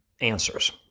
answers